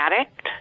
addict